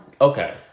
Okay